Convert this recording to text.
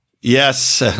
Yes